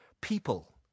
people